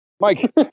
Mike